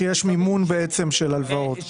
כשיש מימון בעצם של הלוואות.